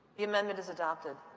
the amendment is adopted.